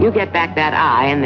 you get back that i and